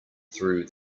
through